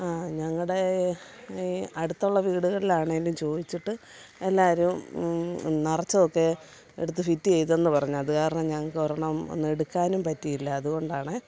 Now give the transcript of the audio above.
ഞങ്ങളുടേ ഈ അടുത്തുള്ള വീടുകളിലാണെങ്കിലും ചോദിച്ചിട്ട് എല്ലാവരും നിറച്ചതൊക്കെ എടുത്ത് ഫിറ്റ് ചെയ്തെന്നു പറഞ്ഞ് അതു കാരണം ഞങ്ങൾക്ക് ഒരെണ്ണം ഒന്ന് എടുക്കാനും പറ്റിയില്ല അതുകൊണ്ടാണെ